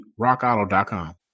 rockauto.com